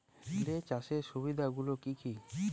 Relay চাষের সুবিধা গুলি কি কি?